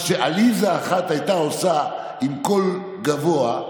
מה שעליזה אחת הייתה עושה עם קול גבוה,